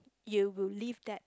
you will leave that